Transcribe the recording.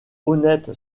honnête